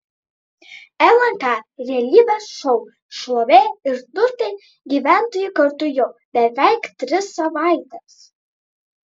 lnk realybės šou šlovė ir turtai gyventojai kartu jau beveik tris savaites